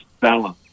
balance